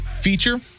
feature